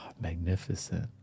magnificent